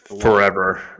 Forever